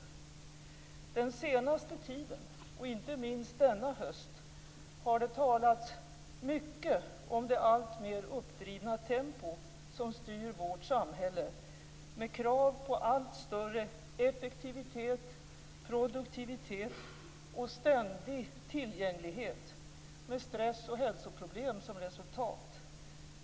Den senaste tiden, och inte minst denna höst, har det talats mycket om det alltmer uppdrivna tempo som styr vårt samhälle, med krav på allt större effektivitet, produktivitet och ständig tillgänglighet, med stress och hälsoproblem som resultat.